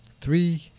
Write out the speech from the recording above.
three